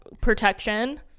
protection